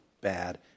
bad